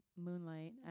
moonlight